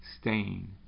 stain